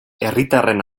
herritarren